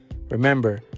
remember